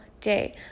day